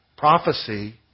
Prophecy